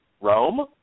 Rome